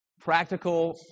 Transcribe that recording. practical